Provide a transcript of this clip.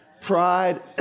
Pride